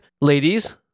ladies